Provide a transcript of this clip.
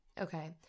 Okay